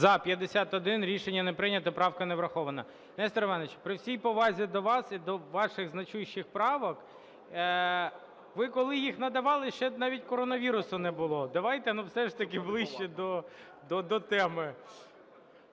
За-51 Рішення не прийнято. Правка не врахована. Нестор Іванович, при всій повазі до вас і до ваших значущих правок, ви, коли їх надавали, ще навіть коронавірусу не було. Давайте все ж таки ближче до теми.